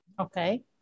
okay